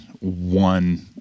one